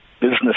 business